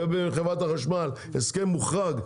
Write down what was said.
ובחברת החשמל הסכם מוחרג,